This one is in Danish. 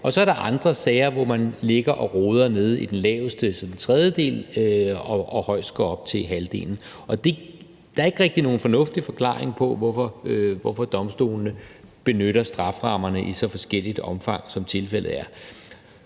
Og så er der andre sager, hvor man ligger og roder nede i den laveste tredjedel og højst går op til halvdelen. Der er ikke rigtig nogen fornuftig forklaring på, hvorfor domstolene benytter strafferammerne i så forskelligt omfang, som tilfældet er.